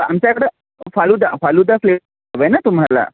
आमच्याकडं फालुदा फालुदा फ्ले हवे आहे ना तुम्हाला